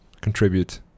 contribute